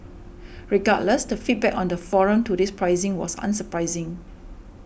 regardless the feedback on the forum to this pricing was unsurprising